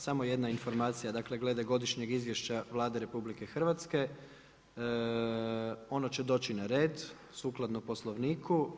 Samo jedna informacija, dakle glede godišnjeg izvješća Vlade RH, ono će doći na red, sukladno Poslovniku.